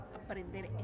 aprender